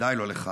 ודאי לא לך,